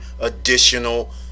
additional